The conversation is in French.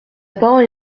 parole